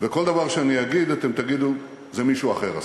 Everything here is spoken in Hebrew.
וכל דבר שאני אגיד אתם תגידו: את זה מישהו אחר עשה.